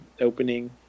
opening